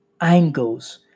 angles